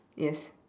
yes